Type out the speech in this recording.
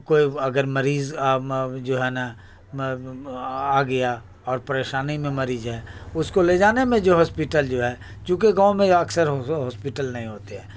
کوئی اگر مریض جو ہے نا آ گیا اور پریشانی میں مریض ہے اس کو لے جانے میں جو ہاسپیٹل جو ہے چونکہ گاؤں میں اکثر ہاسپٹل نہیں ہوتے ہیں